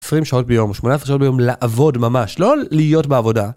20 שעות ביום, 18 שעות ביום לעבוד ממש, לא להיות בעבודה.